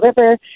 River